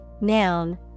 noun